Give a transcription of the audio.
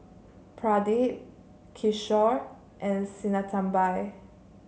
Pradip Kishore and Sinnathamby